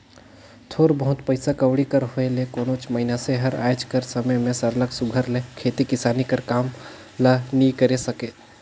थोर बहुत पइसा कउड़ी कर होए ले कोनोच मइनसे हर आएज कर समे में सरलग सुग्घर ले खेती किसानी कर काम ल नी करे सके